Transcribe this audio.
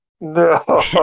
no